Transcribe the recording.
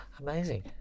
Amazing